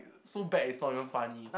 so bad it's not even funny